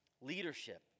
Leadership